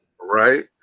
right